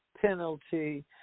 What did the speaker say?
penalty